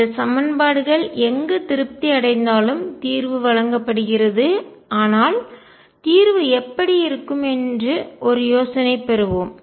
இந்த சமன்பாடுகள் எங்கு திருப்தி அடைந்தாலும் தீர்வு வழங்கப்படுகிறது ஆனால் தீர்வு எப்படி இருக்கும் என்று ஒரு யோசனை பெறுவோம்